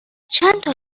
چندتا